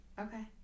Okay